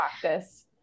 practice